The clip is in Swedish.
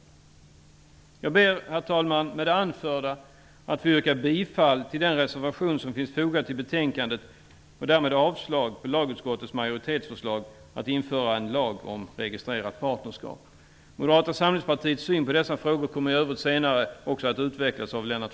Herr talman! Jag vill med det anförda yrka bifall till den reservation som finns fogad till betänkandet och därmed avslag på lagutskottets majoritetsförslag om att införa en lag om registrerat partnerskap. Moderata samlingspartiets syn på dessa frågor kommer i övrigt senare att utvecklas av Lennart